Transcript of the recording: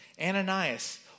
Ananias